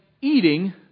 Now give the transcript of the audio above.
eating